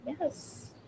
Yes